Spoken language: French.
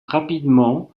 rapidement